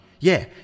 Yeah